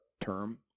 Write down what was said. term